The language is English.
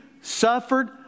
suffered